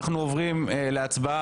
אנחנו עוברים להצבעה,